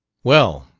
well,